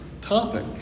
topic